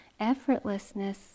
effortlessness